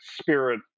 spirit